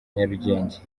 nyarugenge